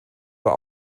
war